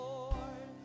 Lord